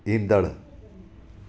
ईंदड़ु